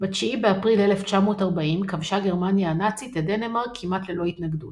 ב-9 באפריל 1940 כבשה גרמניה הנאצית את דנמרק כמעט ללא התנגדות.